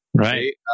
right